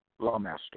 Lawmaster